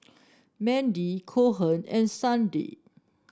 Mandy Cohen and Sunday